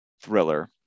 thriller